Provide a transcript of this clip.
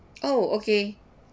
oh okay